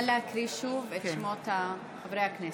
נא להקריא שוב את שמות חברי הכנסת.